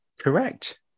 Correct